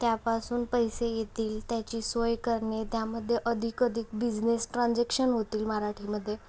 त्यापासून पैसे येतील त्याची सोय करणे त्यामध्ये अधिक अधिक बिजनेस ट्रानजेक्शन होतील मराठीमध्ये